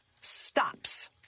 stops